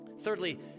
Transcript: Thirdly